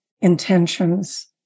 intentions